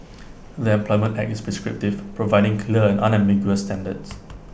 the employment act is prescriptive providing clear and unambiguous standards